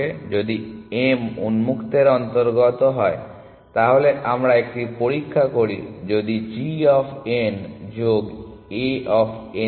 যদি m উন্মুক্তের অন্তর্গত হয় তাহলে আমরা একটি পরীক্ষা করি যদি g অফ n যোগ A অফ n m